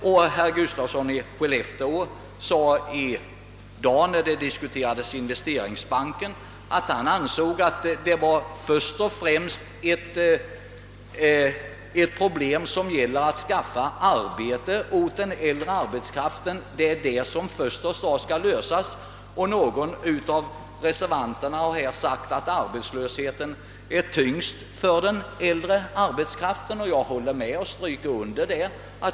Och herr Gustafsson i Skellefteå sade i dag när vi diskuterade investeringsbanken att han ansåg att det var först och främst problemet att skaffa arbete åt den äldre arbetskraften som skulle lösas, och någon av reservanterna har här sagt att arbetslösheten är tyngst för den äldre arbetskraften. Jag håller med om och stryker under detta.